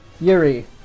Yuri